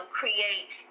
create